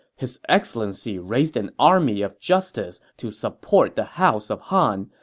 his excellency raised an army of justice to support the house of han.